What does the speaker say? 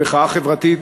המחאה החברתית,